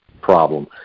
problem